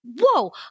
whoa